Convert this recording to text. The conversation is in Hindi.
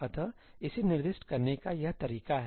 अतः इसे निर्दिष्ट करने का यह तरीका है